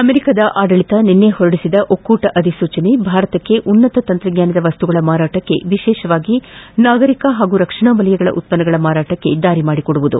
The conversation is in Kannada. ಅಮೆರಿಕದ ಆಡಳಿತ ನಿನ್ನೆ ಹೊರಡಿಸಿದ ಒಕ್ಕೂಟ ಅಧಿಸೂಚನೆ ಭಾರತಕ್ಕೆ ಉನ್ನತ ತಂತ್ರಜ್ಞಾನದ ವಸ್ತುಗಳ ಮಾರಾಟಕ್ಕೆ ವಿಶೇಷವಾಗಿ ನಾಗರಿಕ ಹಾಗೂ ರಕ್ಷಣಾ ವಲಯಗಳ ಉತ್ವನ್ನಗಳ ಮಾರಾಟಕ್ಕೆ ದಾರಿ ಮಾಡಿಕೊಡುವುದು